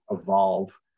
evolve